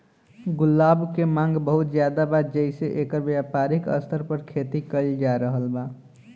गुलाब के मांग बहुत ज्यादा बा जेइसे एकर व्यापारिक स्तर पर खेती कईल जा रहल बा